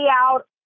out